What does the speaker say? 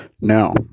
Now